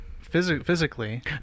physically